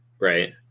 Right